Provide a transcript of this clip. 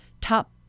Top